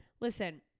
Listen